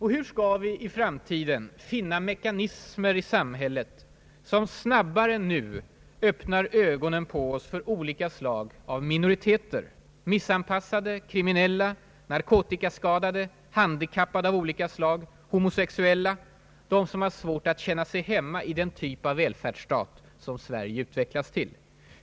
Hur skall vi i framtiden finna mekanismer i samhället som snabbare än nu öppnar ögonen på oss för olika slag av minoriteter: missanpassade, kriminella, narkotikaskadade, handikappade av olika slag, homosexuella, de som har svårt att finna sig hemma i den typ av välfärdsstat som Sverige utvecklas till?